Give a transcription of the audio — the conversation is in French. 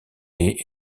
lait